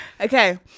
Okay